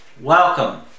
Welcome